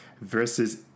versus